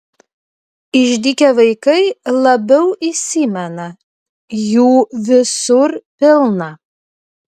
išdykę vaikai labiau įsimena jų visur pilna